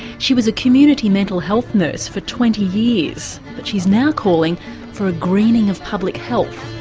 she was a community mental health nurse for twenty years but she's now calling for a greening of public health.